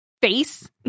Face